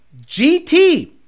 GT